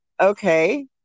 okay